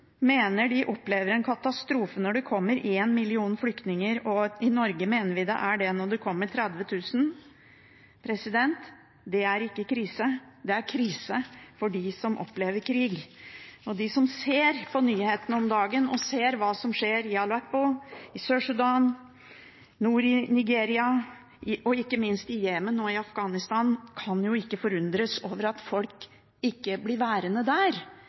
opplever en katastrofe når det kommer 1 million flyktninger – og i Norge mener vi det er det når det kommer 30 000. Men det er ikke en krise for oss, det er krise for dem som opplever krig. De som ser på nyhetene om dagen, og ser hva som skjer i Aleppo, i Sør-Sudan, nord i Nigeria og ikke minst i Jemen og i Afghanistan, kan jo ikke være forundret over at folk ikke blir værende der.